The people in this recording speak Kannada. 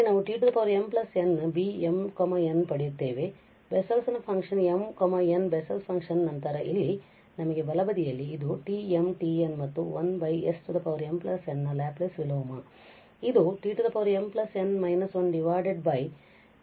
ಇಲ್ಲಿ ನಾವು t mn−1Βm n ಪಡೆಯುತ್ತೇವೆ ಬೆಸ್ಸೆಲ್ ನ ಫಂಕ್ಷನ್ m nBessel's function ಮತ್ತು ನಂತರ ಇಲ್ಲಿ ನಮಗೆ ಬಲಬದಿ ಇದು ΓΓ ಮತ್ತು1 smn ನ ಲ್ಯಾಪ್ಲೇಸ್ ವಿಲೋಮ ಇದು tmn−1 Γmnಆಗಿದೆ